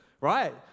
right